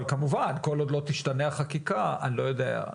אבל כמובן כל עוד לא תשתנה החקיקה, אני לא יודע.